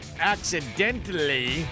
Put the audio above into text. accidentally